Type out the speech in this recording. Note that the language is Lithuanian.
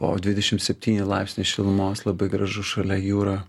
o dvidešim septyni laipsniai šilumos labai gražu šalia jūra